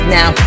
Now